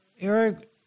Eric